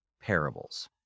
parables